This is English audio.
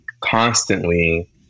constantly